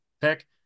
pick